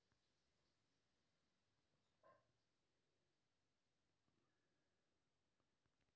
Jersey नस्ल के गाय के पालन कोन तरह कायल जाय जे ज्यादा मात्रा में दूध के उत्पादन करी?